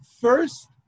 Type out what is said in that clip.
first